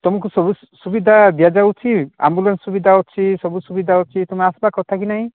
ତୁମକୁ ସବୁ ସୁବିଧା ଦିଆଯାଉଛି ଆମ୍ବୁଲାନ୍ସ ସୁବିଧା ଅଛି ସବୁ ସୁବିଧା ଅଛି ତୁମେ ଆସିବା କଥା କି ନାଇଁ